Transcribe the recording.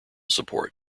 support